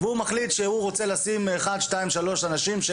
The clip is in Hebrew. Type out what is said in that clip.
והוא מחליט שהוא רוצה לשים שלושה אנשים שלו,